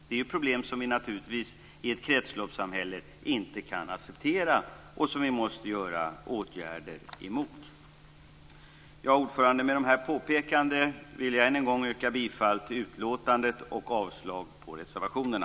Detta är naturligtvis ett problem som vi i ett kretsloppssamhälle inte kan acceptera och som vi måste vidta åtgärder mot. Fru talman! Med dessa påpekanden vill jag än en gång yrka bifall till hemställan och avslag på reservationerna.